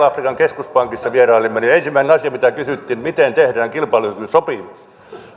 afrikan keskuspankissa vierailimme niin ensimmäinen asia mitä kysyttiin oli miten tehdään kilpailukykysopimus